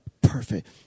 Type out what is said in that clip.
Perfect